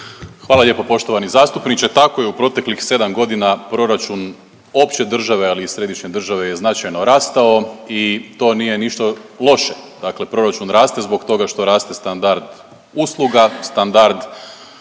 Hvala lijepo. Poštovani zastupniče tako je i u proteklih 7 godina proračun opće države, ali i središnje države je značajno rastao i to nije ništa loše. Dakle, proračun raste zbog toga što raste standard usluga, standard